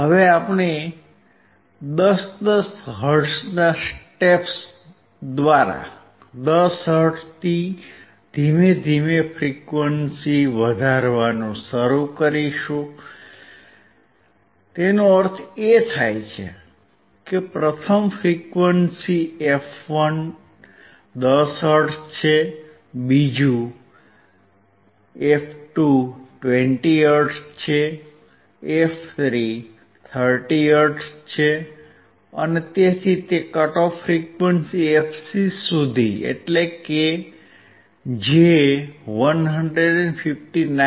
હવે આપણે 10 10 હર્ટ્ઝના સ્ટેપ દ્વારા 10 હર્ટ્ઝથી ધીમે ધીમે ફ્રીક્વંસી વધારવાનું શરૂ કરીશું તેનો અર્થ એ કે પ્રથમ ફ્રીક્વંસી f1 10 હર્ટ્ઝ છે બીજું f2 20 હર્ટ્ઝ છે f3 30 હર્ટ્ઝ છે અને તેથી તે કટ ઓફ ફ્રીક્વન્સી fc સુધી એટલે કે જે 159